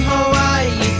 Hawaii